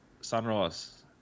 sunrise